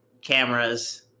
cameras